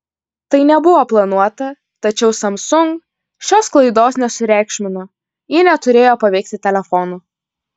tai nebuvo planuota tačiau samsung šios klaidos nesureikšmino ji neturėjo paveikti telefonų